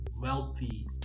wealthy